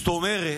זאת אומרת,